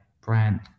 Brand